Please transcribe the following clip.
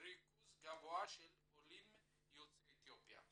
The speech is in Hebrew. ריכוז גבוה של עולים יוצאי אתיופיה.